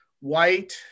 white